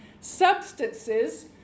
substances